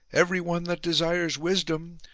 everyone that desires wisdom,